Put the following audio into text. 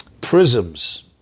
prisms